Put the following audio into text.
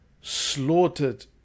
slaughtered